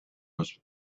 was